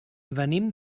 venim